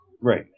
Right